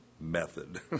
method